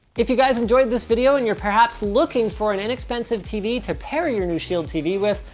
if you guys enjoyed this video and you're perhaps looking for an inexpensive tv to pair your new shield tv with,